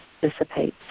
dissipates